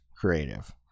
creative